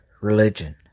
religion